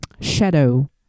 shadow